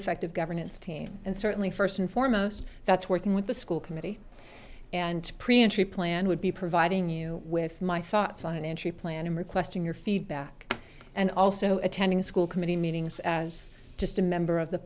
effective governance team and certainly first and foremost that's working with the school committee and pre entry plan would be providing you with my thoughts on an entry plan and requesting your feedback and also attending the school committee meetings as just a member of the